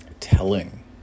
Telling